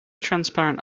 transparent